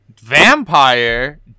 vampire